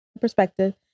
perspective